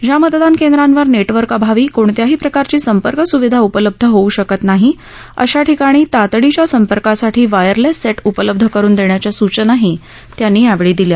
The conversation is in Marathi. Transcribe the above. ज्या मतदान केंद्रांवर नेविर्क अभावी कोणत्याही प्रकारची संपर्क सुविधा उपलब्ध होवू शकत नाही अशा ठिकाणी तातडीच्या संपर्कासाठी वायरलेस सेठाउपलब्ध करून देण्याच्या सूचनाही त्यांनी यावेळी दिल्या